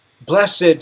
Blessed